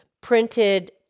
printed